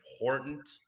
important